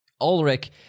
Ulrich